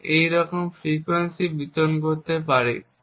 এবং একই রকম ফ্রিকোয়েন্সি বিতরণ ব্যবহার করি